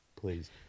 please